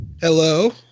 Hello